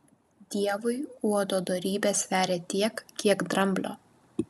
dievui uodo dorybė sveria tiek kiek dramblio